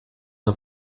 off